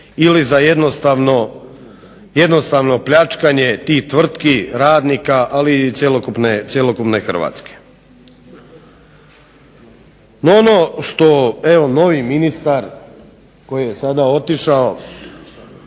ili za jednostavno pljačkanje tih tvrtki, radnika, ali i cjelokupne Hrvatske. No, ono što novi ministar koji je sada otišao